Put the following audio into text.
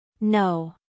No